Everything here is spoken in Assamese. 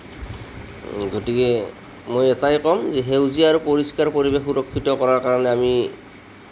গতিকে মই এটাই ক'ম যে সেউজীয়া আৰু পৰিষ্কাৰ পৰিৱেশ সুৰক্ষিত কৰাৰ কাৰণে আমি